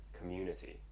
community